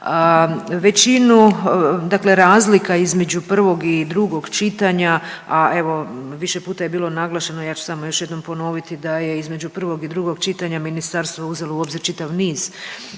dakle razlika između prvog i drugog čitanja, a evo više puta je bilo naglašeno ja ću samo još jednom ponoviti da je između prvog i drugog čitanja ministarstvo uzelo u obzir čitav niz